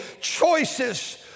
Choices